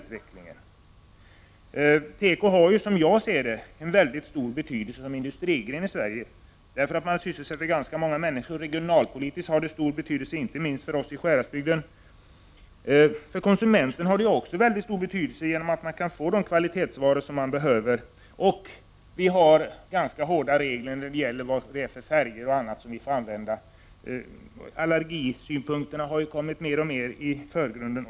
Tekoindustrin har som industrigren, som jag ser det, en mycket stor betydelse i Sverige. Den sysselsätter ganska många människor, och den har regionalpolitiskt mycket stor betydelse inte minst för Sjuhäradsbygden. För konsumenten har tekoindustrin en mycket stor betydelse, genom att man kan köpa de kvalitetsvaror man behöver. Vi har ganska hårda regler när det gäller de färger och annat som man får använda. Synpunkter när det gäller allergier har ju kommit mer och mer i förgrunden.